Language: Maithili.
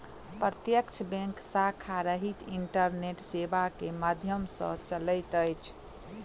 प्रत्यक्ष बैंक शाखा रहित इंटरनेट सेवा के माध्यम सॅ चलैत अछि